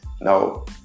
No